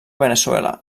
veneçuela